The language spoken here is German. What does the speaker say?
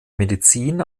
medizin